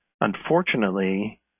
Unfortunately